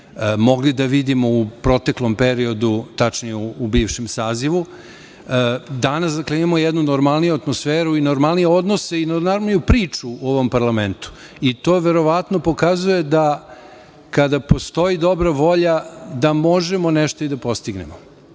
mogli da vidimo u proteklom periodu, tačnije u bivšem sazivu, danas imamo normalniju atmosferi i normalnije odnose i normalniju priču u ovom parlamentu i to verovatno pokazuje da kada postoji dobra volja da možemo nešto i da postignemo.